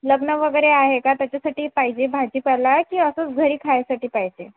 लग्न वगैरे आहे का त्याच्यासाठी पाहिजे भाजीपाला की असंच घरी खायसाठी पाहिजे